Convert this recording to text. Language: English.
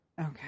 Okay